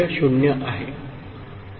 तर 0 परत दिले जाईल